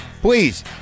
Please